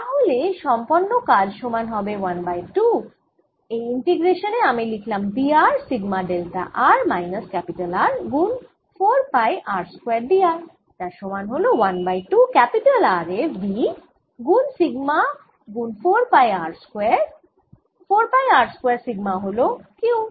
তাহলে সম্পন্ন কাজ সমান হবে 1 বাই 2 এই ইন্টিগ্রেশান এ আমি লিখলাম V r sigma delta r minus R গুন 4 পাই r স্কয়ার dr যার সমান হল 1 বাই 2 R এ V গুন সিগমা গুন 4 pi r square 4 pi r square sigma হল Q